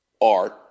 art